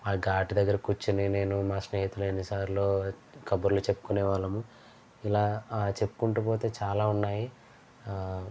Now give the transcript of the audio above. ఆ ఘాట్ దగ్గర కూర్చుని నేను మా స్నేహితులు ఎన్ని సార్లో కబుర్లు చెప్పుకునే వాళ్ళము ఇలా చెప్పుకుంటూ పోతే చాలా ఉన్నాయి